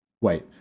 wait